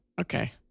Okay